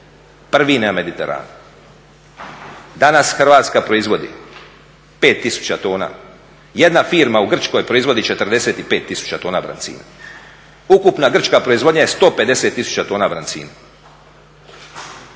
pioniri u tome. Danas Hrvatska proizvodi 5 tisuća tona, jedna firma u Grčkoj proizvodi 45 tisuća tona brancina, ukupna grčka proizvodnja je 150 tisuća tona brancina.